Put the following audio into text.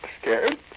Scared